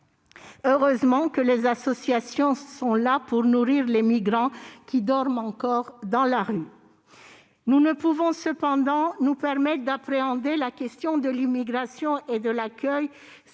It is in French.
Heureusement que les associations sont là pour nourrir les migrants qui dorment encore dans la rue. Nous ne pouvons pas nous permettre d'appréhender la question de l'immigration et de l'accueil